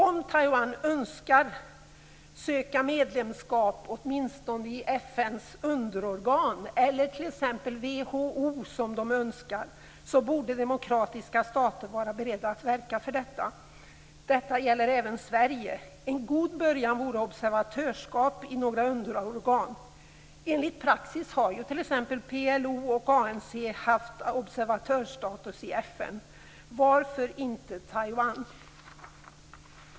Om Taiwan önskar söka medlemskap i något av FN:s underorgan eller i t.ex. WHO, borde demokratiska stater vara beredda att verka för detta. Detta gäller även Sverige. En god början vore observatörskap i några underorgan. Enligt praxis har t.ex. PLO och ANC haft observatörsstatus i FN. Varför inte Taiwan?